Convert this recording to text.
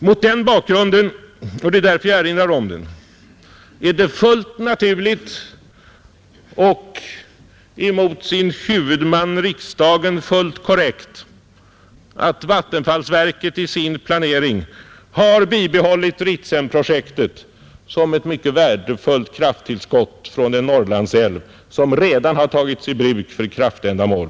Mot den bakgrunden är det fullt naturligt — det är därför jag erinrar om det — och fullt korrekt av vattenfallsverket mot sin huvudman att i sin planering ha bibehållit Ritsemprojektet som ett mycket värdefullt krafttillskott från en Norrlandsälv som redan har tagits i bruk för kraftändamål.